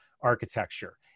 architecture